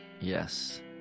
yes